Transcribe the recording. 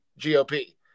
GOP